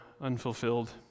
unfulfilled